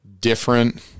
different